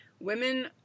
women